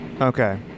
Okay